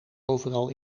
overal